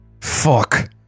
Fuck